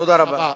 תודה רבה.